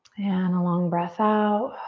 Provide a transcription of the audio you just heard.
and a long breath out.